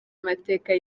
amateka